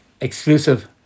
exclusive